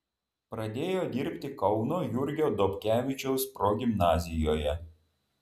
pradėjo dirbti kauno jurgio dobkevičiaus progimnazijoje